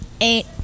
Eight